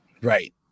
Right